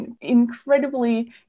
incredibly